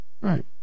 right